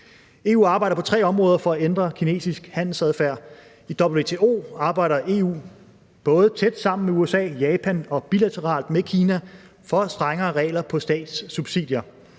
EU arbejder på tre måder for at ændre kinesisk handelsadfærd. I WTO arbejder EU både tæt sammen med USA, Japan og bilateralt med Kina for strengere regler for statssubsidier.